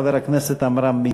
חבר הכנסת עמרם מצנע.